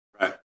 Right